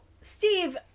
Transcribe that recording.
Steve